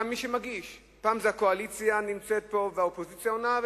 פעם הקואליציה נמצאת פה והאופוזיציה עונה,